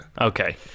Okay